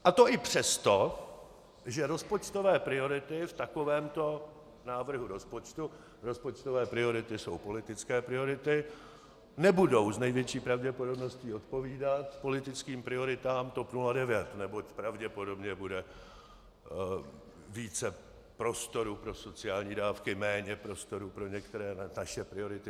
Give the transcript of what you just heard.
A to i přesto, že rozpočtové priority v takovémto návrhu rozpočtu rozpočtové priority jsou politické priority nebudou s největší pravděpodobností odpovídat politickým prioritám TOP 09, neboť pravděpodobně bude více prostoru pro sociální dávky, méně prostoru pro některé naše priority.